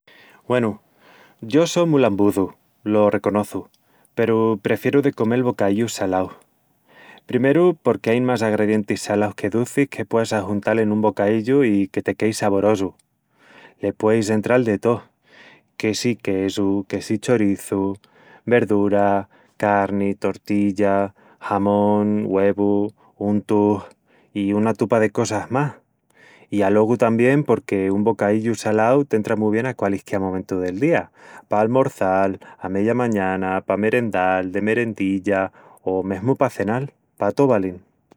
Güenu... yo só mu lambuzu, lo reconoçu, peru prefieru de comel bocaíllus salaus. Primeru, porque ain más agredientis salaus que ducis que pueas ajuntal en un bocaíllu i que te quei saborosu. Le pueis entral de tó: que si quesu, que si choriçu, verdura, carni, tortilla, jamón, güevu, untus... i una tupa de cosas más. I alogu tamién porque un bocaíllu salau t'entra mu bien a qualisquiá momentu del día, pa almorçal, a meya mañana, pa merendal, de merendilla o mesmu pa cenal... Pa tó valin.